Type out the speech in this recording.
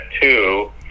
two